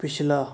ਪਿਛਲਾ